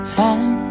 time